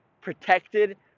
protected